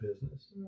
business